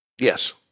Yes